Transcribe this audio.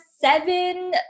seven